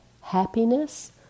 happiness